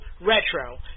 Retro